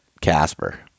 Casper